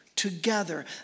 together